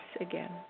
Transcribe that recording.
again